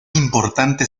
importante